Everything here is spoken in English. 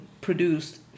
produced